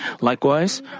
Likewise